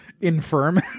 Infirm